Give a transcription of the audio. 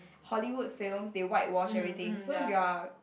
Hollywood films they white wash everything so if you're